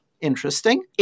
interesting